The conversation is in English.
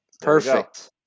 Perfect